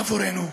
עבורנו.